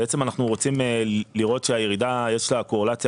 בעצם אנחנו רוצים לראות שלירידה יש קורלציה